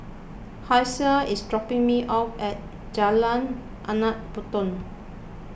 Hasel is dropping me off at Jalan Anak Patong